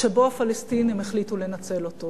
שבו הפלסטינים החליטו לנצל אותו